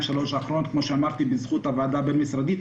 שלוש האחרונות בזכות הוועדה הבין-משרדית.